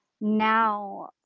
now